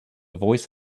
voice